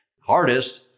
Hardest